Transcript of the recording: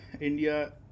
india